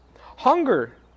hunger